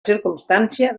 circumstància